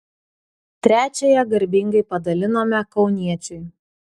trečiąją garbingai padalinome kauniečiui